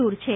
દૂર છે